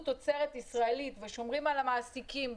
תוצרת ישראלית ושומרים על המעסיקים,